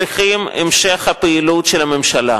צריכים המשך פעילות של הממשלה,